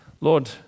Lord